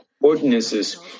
ordinances